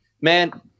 Man